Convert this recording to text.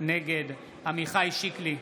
נגד עמיחי שיקלי,